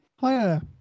Hiya